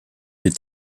est